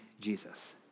Jesus